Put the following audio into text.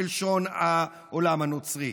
בלשון העולם הנוצרי.